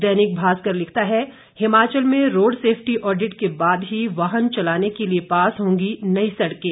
दैनिक भास्कर लिखता है हिमाचल में रोड सेफ्टी ऑडिट के बाद ही वाहन चलाने के लिये पास होंगी नई सड़कें